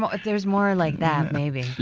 but if there's more like that, maybe yeah.